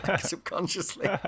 subconsciously